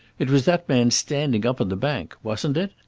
it was that man standing up on the bank wasn't it?